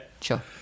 Sure